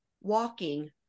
walking